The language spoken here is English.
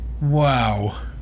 Wow